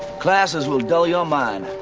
classes will dull your mind.